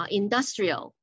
industrial